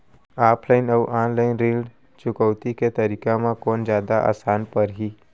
Offline अऊ online ऋण चुकौती के तरीका म कोन जादा आसान परही?